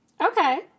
Okay